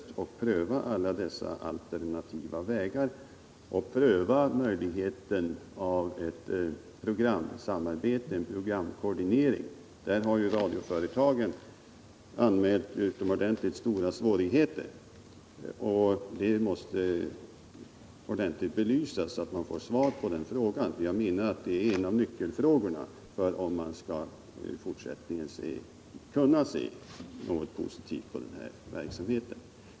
Låt oss pröva alla dessa alternativa vägar och även möjligheten av en programkoordinering. Där har radioföretagen anmält utomordentligt stora svårigheter, och den saken måste belysas ordentligt, så att man får svar på frågan. Jag menar att det är en av nyckelfrågorna för om man i fortsättningen skall kunna se något positivt i denna verksamhet.